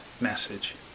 message